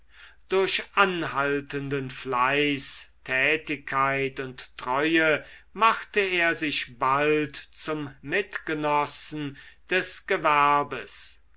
durch anhaltenden fleiß tätigkeit und treue machte er sich bald zum mitgenossen des gewerbes